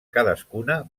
cadascuna